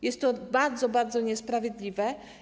Jest to bardzo, bardzo niesprawiedliwe.